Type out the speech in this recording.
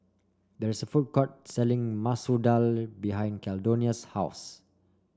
there is a food court selling Masoor Dal behind Caldonia's house